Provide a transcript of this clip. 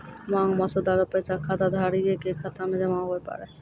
मांग मसौदा रो पैसा खाताधारिये के खाता मे जमा हुवै पारै